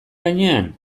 gainean